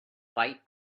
fight